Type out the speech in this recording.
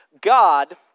God